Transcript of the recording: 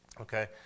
okay